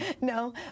No